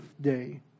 day